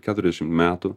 keturiasdešim metų